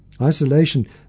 Isolation